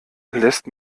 lässt